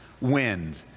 wind